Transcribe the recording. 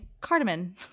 cardamom